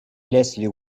leslie